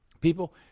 People